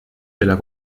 della